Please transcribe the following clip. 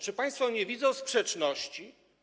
Czy państwo nie widzą tu sprzeczności?